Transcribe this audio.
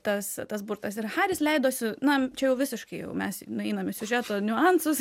tas tas burtas ir haris leidosi na čia jau visiškai jau mes nueinam į siužeto niuansus